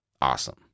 Awesome